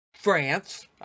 France